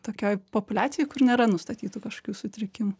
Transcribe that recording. tokioj populiacijoj kur nėra nustatytų kažkokių sutrikimų